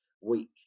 week